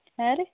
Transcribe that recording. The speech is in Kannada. ಹಾಂ ರೀ